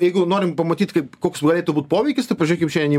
jeigu norim pamatyt kaip koks turėtų būt poveikis tai pažiūrėkim šiandien į